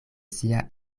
sia